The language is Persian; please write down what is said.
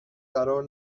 قرار